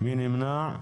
מי נמנע?